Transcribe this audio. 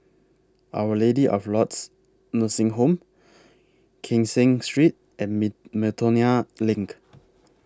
Our Lady of Lourdes Nursing Home Kee Seng Street and Miltonia LINK